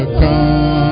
come